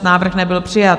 Návrh nebyl přijat.